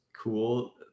cool